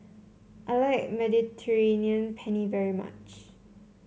I like Mediterranean Penne very much